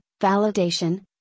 validation